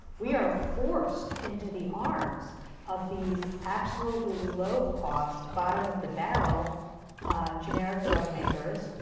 we are forced into the arms of these absolutely low cost, bottom of the barrel generic drug makers,